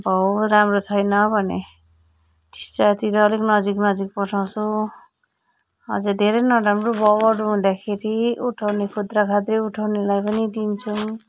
भाउ राम्रो छैन भने टिस्टातिर अलिक नजिक नजिक पठाउँछौँ अझै धेरै नराम्रो भाउहरू हुँदाखेरि उठाउने खुद्राखाद्री उठाउनेलाई पनि दिन्छौँ